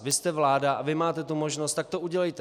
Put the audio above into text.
Vy jste vláda a vy máte tu možnost, tak to udělejte!